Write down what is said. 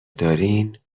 دارین